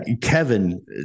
Kevin